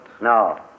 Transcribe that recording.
No